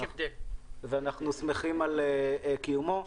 ואנחנו שמחים על קיומו.